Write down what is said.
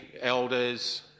elders